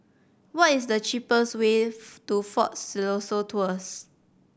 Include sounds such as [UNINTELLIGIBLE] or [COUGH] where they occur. what is the cheapest way [UNINTELLIGIBLE] to Fort Siloso Tours